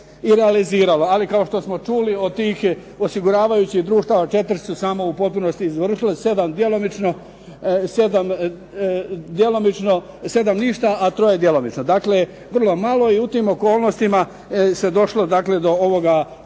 i realiziralo. Ali kao što smo čuli od tih osiguravajućih društava 4 su samo u potpunosti izvršile, 7 djelomično, 7 ništa, a troje djelomično. Dakle, vrlo malo i u tim okolnostima se došlo dakle